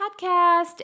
podcast